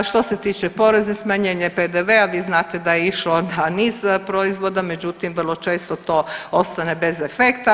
Što se tiče porezne, smanjenje PDV-a, vi znate da je išlo na niz proizvoda, međutim vrlo često to ostane bez efekta.